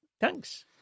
thanks